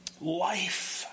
life